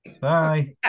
Bye